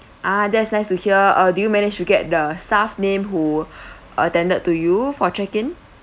ah that's nice to hear uh do you manage to get the staff name who attended to you for check in